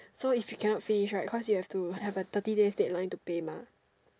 so if you cannot finish right cause you have to have a thirty days deadline to pay mah